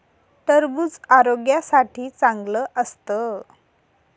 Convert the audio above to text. टरबूज आरोग्यासाठी चांगलं असतं